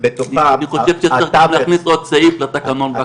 שבתוכה --- אני חושב שצריך להוסיף עוד סעיף לתקנון.